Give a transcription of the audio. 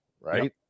right